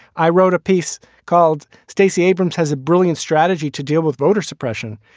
i wrote a piece called stacey abrams has a brilliant strategy to deal with voter suppression.